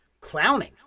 clowning